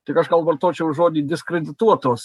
tik aš gal vartočiau žodį diskredituotos